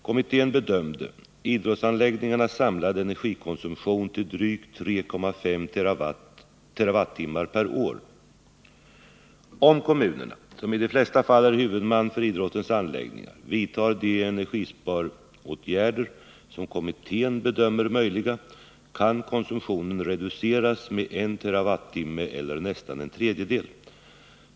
”Kommittén bedömde idrottsanläggningarnas samlade energikonsumtion till drygt 3,5 terawattimmar per år.” Om kommunerna — som i de allra flesta fall är huvudmän för idrottens anläggningar — vidtar de energisparåtgärder som kommittén bedömer möjliga, kan konsumtionen reduceras med 1 terawattimme eller nästan en tredjedel.